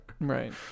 Right